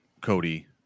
Cody